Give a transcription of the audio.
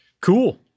Cool